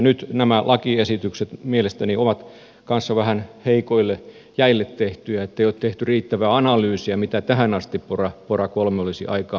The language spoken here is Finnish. nyt nämä lakiesitykset mielestäni ovat kanssa vähän heikoille jäille tehtyjä ettei ole tehty riittävää analyysiä mitä tähän asti pora iii olisi aikaan saanut